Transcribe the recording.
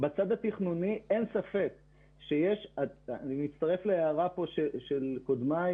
בצד התכנוני אני מצטרף להערה של קודמיי